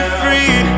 free